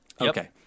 Okay